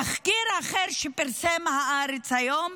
תחקיר אחר שפרסם הארץ היום הוא